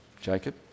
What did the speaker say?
Jacob